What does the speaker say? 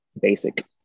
basic